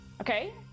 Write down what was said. Okay